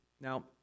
Now